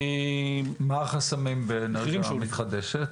מה החסמים באנרגיה מתחדשת?